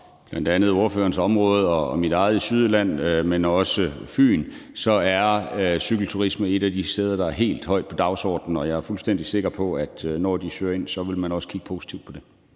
fra bl.a. ordførerens område og mit eget i Sydjylland, men også fra Fyn, ses, at cykelturisme er noget af det, der er højt på dagsordenen. Og jeg er fuldstændig sikker på, at når de søger, vil man også kigge positivt på det.